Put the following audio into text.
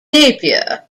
napier